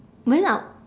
when are